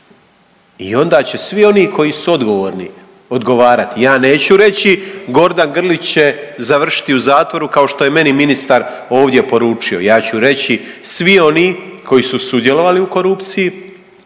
I onda će svi oni koji su odgovorni odgovarati. Ja neću reći Gordan Grlić će završiti u zatvoru kao što je meni ministar ovdje poručio. Ja ću reći svi oni koji su sudjelovali u korupciji,